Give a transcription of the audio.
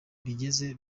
bigeze